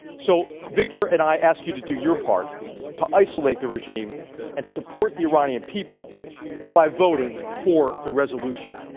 so victor and i ask you to do your part to isolate the regime and support the iranian people by voting for the resolution.